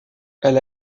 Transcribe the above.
elle